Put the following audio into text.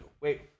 Wait